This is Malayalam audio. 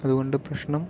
അതുകൊണ്ട് പ്രശ്നം